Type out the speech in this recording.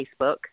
Facebook